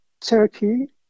Turkey